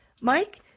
Mike